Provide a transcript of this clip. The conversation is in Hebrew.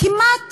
כמעט